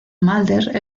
mulder